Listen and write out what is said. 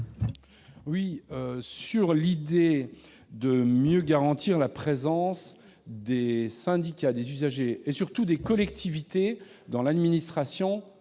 l'idée de mieux garantir la présence des syndicats, des usagers et surtout des collectivités dans l'administration